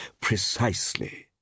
precisely